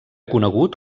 conegut